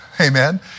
Amen